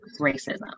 racism